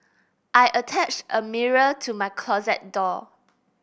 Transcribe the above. I attached a mirror to my closet door